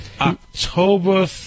October